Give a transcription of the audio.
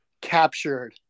captured